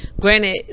granted